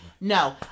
No